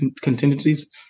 contingencies